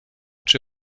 czy